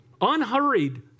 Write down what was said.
Unhurried